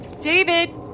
David